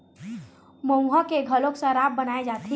मउहा के घलोक सराब बनाए जाथे